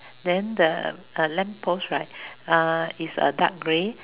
then the uh lamp post right uh is a dark grey